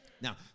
Now